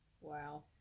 Wow